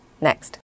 next